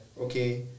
okay